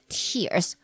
tears